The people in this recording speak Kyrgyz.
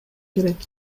керек